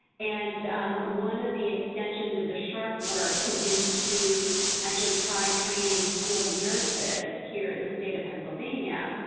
and one of the extensions of the sharp work has been to actually try training school nurses here in the state of pennsylvania.